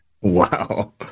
Wow